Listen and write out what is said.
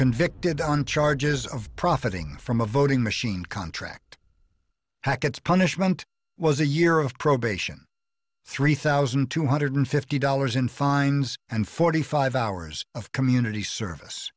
convicted on charges of profiting from a voting machine contract hackett's punishment was a year of probation three thousand two hundred fifty dollars in fines and forty five hours of community service